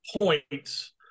points